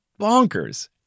bonkers